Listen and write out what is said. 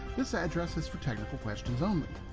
this addresses for technical questions only.